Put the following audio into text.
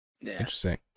Interesting